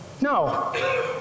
No